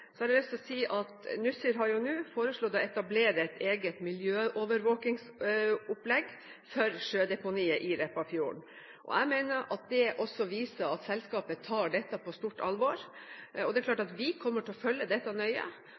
Nussir har foreslått å etablere et eget miljøovervåkingsopplegg for sjødeponiet i Repparfjorden. Jeg mener at det viser at selskapet tar dette på stort alvor. Det er klart at vi kommer til å følge dette nøye.